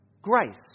Grace